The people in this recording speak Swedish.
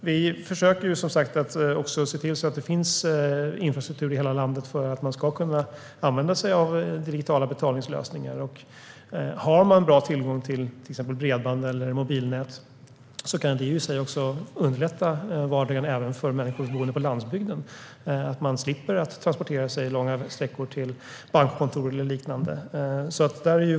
Vi försöker som sagt se till att det finns infrastruktur i hela landet så att man ska kunna använda sig av digitala betalningslösningar. Har man bra tillgång till bredband eller mobilnät kan det underlätta vardagen även för människor på landsbygden. De slipper transportera sig långa sträckor till bankkontor och liknande.